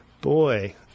Boy